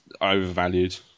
overvalued